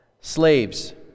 Slaves